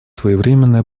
своевременное